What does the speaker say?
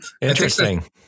Interesting